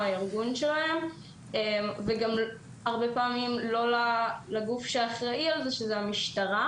הארגון שלהם וגם הרבה פעמים לא לגוף שאחראי לכך שזה המשטרה